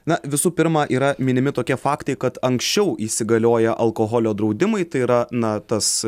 na visų pirma yra minimi tokie faktai kad anksčiau įsigalioję alkoholio draudimai tai yra na tas